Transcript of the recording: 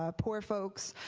ah poor folks,